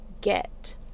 get